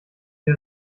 mir